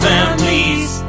Families